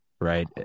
right